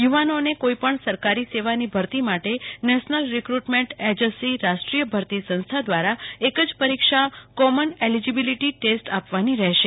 you વાનોને કોઇ પણ સરકારી સેવાની ભરતી માટે નેશનેલ્ રિકુટમેન્ટ એજન્સીરાષ્ટ્રિય ભરતી સંસ્થા દ્વારા એકજ પરિક્ષા કોમન એલીજીબીલીટી ટેસ્ટ આપવાની રહેશે